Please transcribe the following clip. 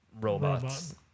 robots